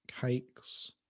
cakes